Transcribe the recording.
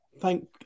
Thank